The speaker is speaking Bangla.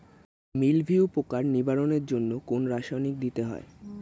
মিলভিউ পোকার নিবারণের জন্য কোন রাসায়নিক দিতে হয়?